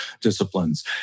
disciplines